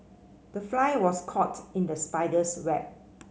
the fly was caught in the spider's web